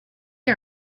you